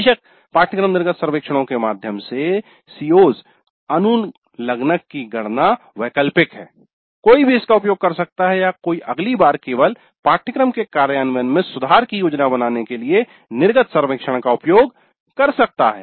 बेशक पाठ्यक्रम निर्गत सर्वेक्षणों के माध्यम से CO's प्राप्तिओं की गणना वैकल्पिक है कोई भी इसका उपयोग कर सकता है या कोई अगली बार केवल पाठ्यक्रम के कार्यान्वयन में सुधार की योजना बनाने के लिए निर्गत सर्वेक्षण का उपयोग कर सकता है